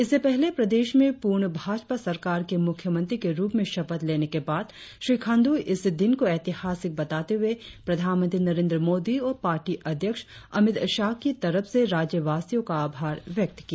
इससे पहले प्रदेश में पूर्ण भाजपा सरकार के मुख्यमंत्री के रुप में शपथ लेने के बाद श्री खांडू इस दिन को ऐतिहासिक बताते हुए प्रधानमंत्री नरेंद्र मोदी और पार्टी अध्यक्ष अमित शाह की तरफ से राज्यवासियों का आभार व्यक्त किया